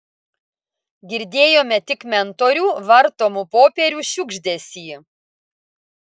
girdėjome tik mentorių vartomų popierių šiugždesį